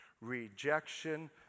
Rejection